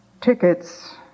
tickets